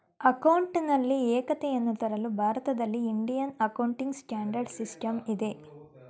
ಅಕೌಂಟಿನಲ್ಲಿ ಏಕತೆಯನ್ನು ತರಲು ಭಾರತದಲ್ಲಿ ಇಂಡಿಯನ್ ಅಕೌಂಟಿಂಗ್ ಸ್ಟ್ಯಾಂಡರ್ಡ್ ಸಿಸ್ಟಮ್ ಇದೆ